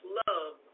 love